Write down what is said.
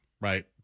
right